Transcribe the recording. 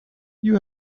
you